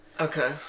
Okay